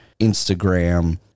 Instagram